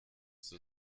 zur